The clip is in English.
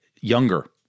Younger